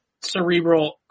cerebral